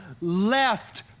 left